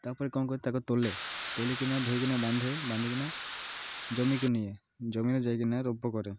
ତାପରେ କ'ଣ କରେ ତାକୁ ତୋଳେ ତୋଲିକିନା ଧୋଇକିନା ବାନ୍ଧେ ବାନ୍ଧିକିନା ଜମିକୁ ନିଏ ଜମିରେ ଯାଇକିନା ରୋପ କରେ